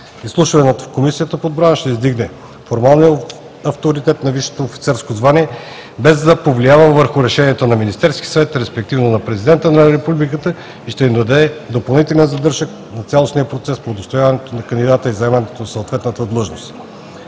Изслушването в Комисията по отбрана ще издигне формалния авторитет на висшето офицерско звание и без да повлиява върху решението на Министерския съвет, респективно на Президента на Републиката, ще даде пълен завършек на цялостния процес по удостояването на кандидата и заемането на съответна длъжност.